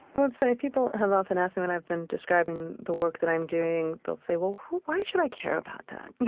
well, it's funny, people have often asked, when i've been describing the work that i'm doing, they'll say, well, why should i care about that?